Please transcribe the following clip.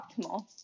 optimal